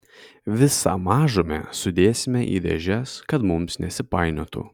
visą mažumę sudėsime į dėžes kad mums nesipainiotų